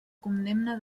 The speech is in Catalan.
condemna